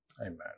Amen